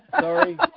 sorry